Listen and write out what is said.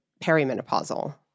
perimenopausal